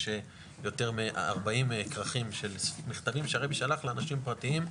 יש יותר מ-40 כרכים של מכתבים שהרבי שלח לאנשים פרטיים,